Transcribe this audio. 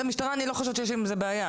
אני לא חושבת שלמשטרה יש עם זה בעיה.